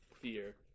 fear